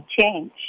change